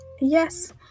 Yes